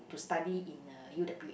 to study in a U_W_A